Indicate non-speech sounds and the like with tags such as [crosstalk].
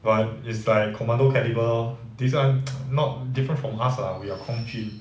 but it's like commando caliber lor this [one] [noise] not different from us lah we are 空军